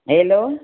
hello